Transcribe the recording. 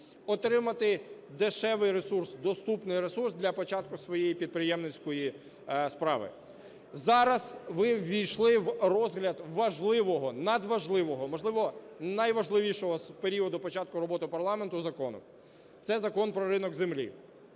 отримати дешевий ресурс, доступний ресурс для початку своєї підприємницької справи. Зараз ви ввійшли в розгляд важливого, надважливого, можливо, найважливішого з періоду початку роботи парламенту закону – це Закон про ринок землі.